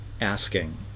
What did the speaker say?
asking